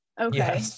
Okay